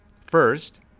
First